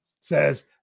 says